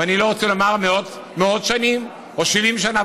ואני לא רוצה לומר מאות שנים או 70 שנה,